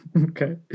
Okay